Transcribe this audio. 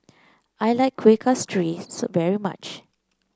I like Kueh Kasturi very much